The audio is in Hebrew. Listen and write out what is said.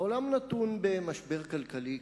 העולם נתון במשבר כלכלי קשה,